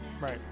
Right